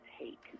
take